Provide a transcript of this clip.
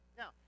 now